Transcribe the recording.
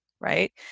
right